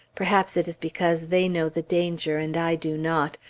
perhaps it is because they know the danger, and i do not.